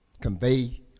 convey